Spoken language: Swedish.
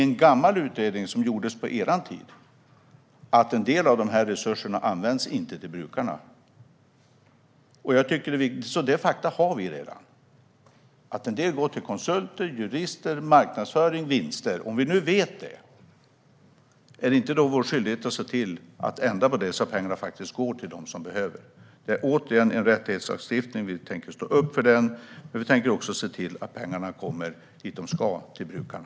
En gammal utredning som gjordes på er tid visar att en del av resurserna inte används till brukarna. Dessa fakta har vi redan. En del går till konsulter, jurister, marknadsföring och vinster. När vi vet det, är det inte då vår skyldighet att ändra på det så att pengarna faktiskt går till dem som behöver dem? Det är en rättighetslagstiftning, och vi tänker stå upp för den. Men vi tänker också se till att pengarna kommer dit de ska, till brukarna.